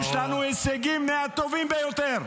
יש לנו הישגים מהטובים ביותר.